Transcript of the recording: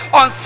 on